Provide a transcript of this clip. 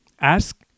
ask